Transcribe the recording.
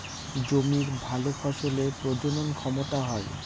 জমির ভালো ফসলের প্রজনন ক্ষমতা হয়